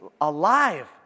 alive